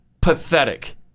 pathetic